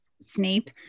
Snape